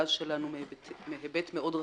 במרכז שלנו מהיבט מאוד רחב.